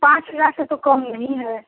पाँच लाख से तो कम नहीं है